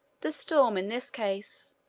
the storm, in this case,